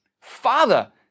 Father